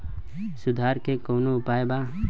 सुधार के कौनोउपाय वा?